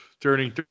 turning